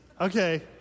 Okay